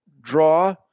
draw